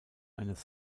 eines